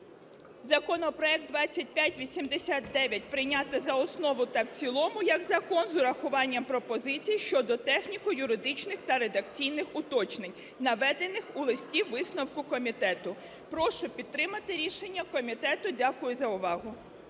законопроект 2589 прийняти за основу та в цілому як закон з врахуванням пропозицій щодо техніко-юридичних та редакційних уточнень, наведених в листі-висновку комітету. Прошу підтримати рішення комітету. Дякую за увагу.